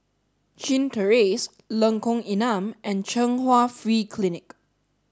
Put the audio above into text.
Chin Terrace Lengkong Enam and Chung Hwa Free Clinic